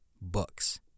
books